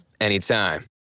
anytime